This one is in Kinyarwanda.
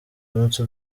munsi